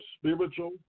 spiritual